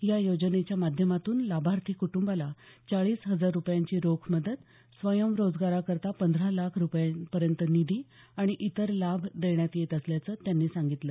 या योजनेच्या माध्यमातून लाभार्थी कुटुंबाला चाळीस हजार रुपयांची रोख मदत स्वयंरोजगाराकरता पंधरा लाख रुपयांपर्यंत निधी आणि इतर लाभ देण्यात येत असल्याचं त्यांनी सांगितलं